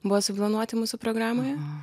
buvo suplanuoti mūsų programoje